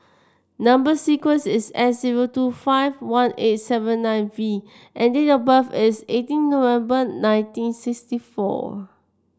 number sequence is S zero two five one eight seven nine V and date of birth is eighteen November nineteen sixty four